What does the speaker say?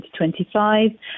2025